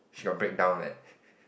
she got break down leh